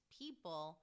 people